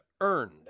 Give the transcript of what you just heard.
earned